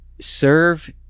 serve